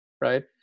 right